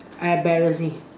embarrassing